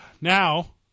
Now